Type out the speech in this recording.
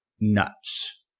nuts